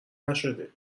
نشده